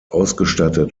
ausgestattet